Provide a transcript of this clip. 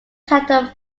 titled